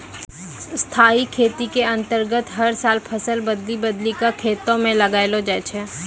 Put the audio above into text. स्थाई खेती के अन्तर्गत हर साल फसल बदली बदली कॅ खेतों म लगैलो जाय छै